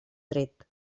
tret